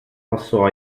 passò